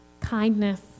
kindness